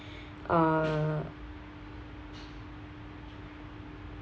uh